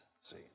see